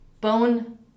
bone